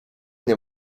nie